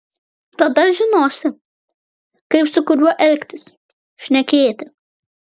tada žinosi kaip su kuriuo elgtis šnekėti